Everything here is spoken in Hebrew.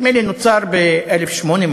נדמה לי שנוצר ב-1800,